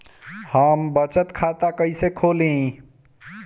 हम बचत खाता कईसे खोली?